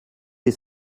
les